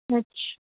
ਅੱਛਾ